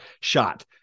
shot